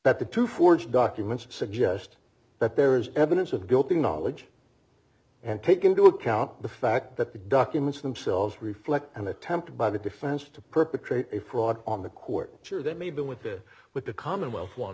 that the two forged documents suggest that there is evidence of guilty knowledge and take into account the fact that the documents themselves reflect an attempt by the defense to perpetrate a fraud on the court here that made them with it but the commonwealth want